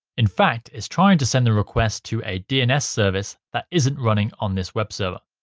in fact is trying to send the request to a dns service that isn't running on this web server